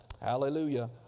Hallelujah